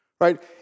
right